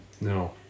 No